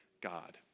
God